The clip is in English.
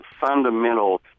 fundamental